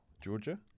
Georgia